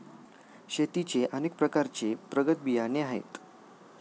शेतीचे अनेक प्रकारचे प्रगत बियाणे आहेत